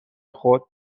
خود